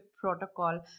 protocol